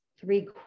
three